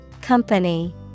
Company